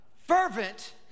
fervent